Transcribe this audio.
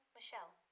Michelle